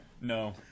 No